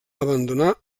abandonar